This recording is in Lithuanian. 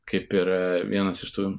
kaip ir vienas iš tų